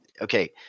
okay